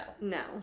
No